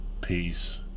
Peace